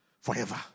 forever